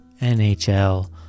nhl